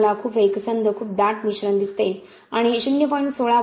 तुम्हाला खूप एकसंध खूप दाट मिश्रण दिसते आणि हे 0